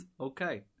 okay